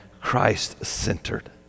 Christ-centered